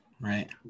Right